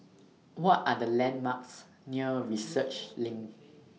What Are The landmarks near Research LINK